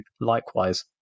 likewise